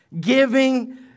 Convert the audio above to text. Giving